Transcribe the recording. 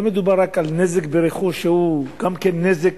לא מדובר רק בנזק ברכוש, שהוא גם כן נזק